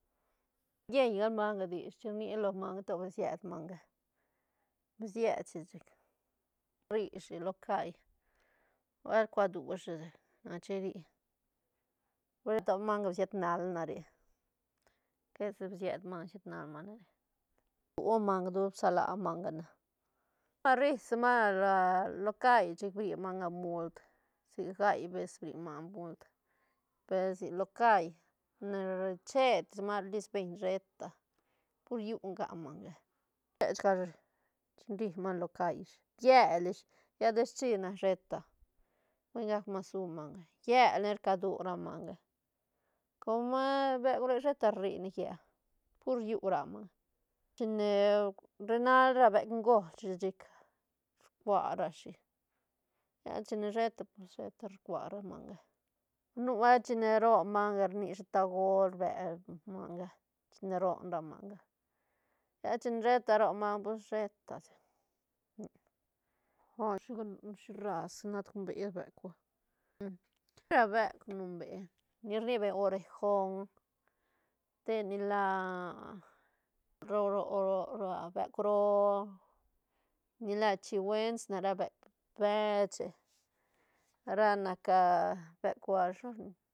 Lleñ gal manda dich chin rnia lo manga to ba sied manga ba sied shi chic rri shi lo cai nubuelt rcadua shi chic chin rria bal sheta to manga ba siet nal na re quesi ba sied manga sied nal na re rcua dua manga tura bsa la manga na- na rri si manga ra lo cai chic rri manga mult sic gai vez bri manga mult per si lo cai che tis manga lis beñ sheta pur llu nga manga rchech gal rashi chin rri manga lo cai ish llel ish lla de schi na sheta buen gac mas su manga llel ne rcadu ra manga com a beuk re sheta rri ne llel pur llu ra manga chine rrinal ra beuk göl shi chic rcua rashi lla chine sheta pues sheta rcua ra manga nubuelt chine ron manga rni shi tagol rbe manga chine ron ra manga lla chin sheta ron manga sheta pues sheta sa shi raz nat gum bea beuk ga ra beuk num bea ni rni beñ orejon te ni la ro- ro- ro- ro- ro beuk roo ni la chihuets nac ra beuk beche ra nac beuk shi lo rni.